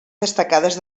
destacades